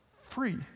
free